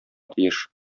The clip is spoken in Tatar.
тиеш